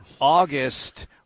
August